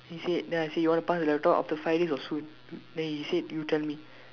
then he said then I say you want to pass the laptop after five days or so then he said you tell me